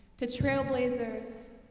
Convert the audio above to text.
to trailblazers,